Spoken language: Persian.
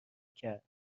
کرد